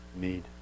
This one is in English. need